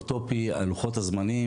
צוהריים טובים,